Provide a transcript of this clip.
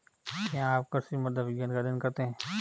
क्या आप कृषि मृदा विज्ञान का अध्ययन करते हैं?